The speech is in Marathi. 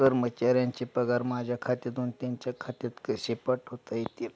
कर्मचाऱ्यांचे पगार माझ्या खात्यातून त्यांच्या खात्यात कसे पाठवता येतील?